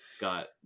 got